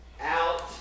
out